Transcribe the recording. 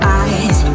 eyes